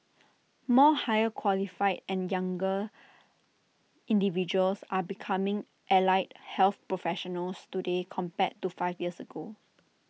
more higher qualified and younger individuals are becoming allied health professionals today compared to five years ago